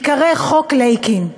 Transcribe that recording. ייקרא חוק לייקין,